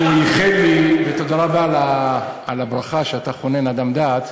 שהוא איחל לי ותודה רבה על הברכה: אתה חונן לאדם דעת.